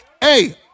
Hey